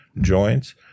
joints